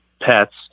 pets